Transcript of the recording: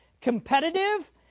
competitive